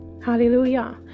Hallelujah